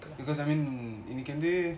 because I mean இன்னிக்கி வந்து:iniki vanthu